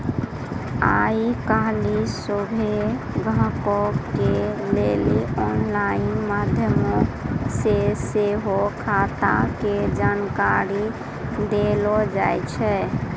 आइ काल्हि सभ्भे ग्राहको के लेली आनलाइन माध्यमो से सेहो खाता के जानकारी देलो जाय छै